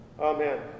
Amen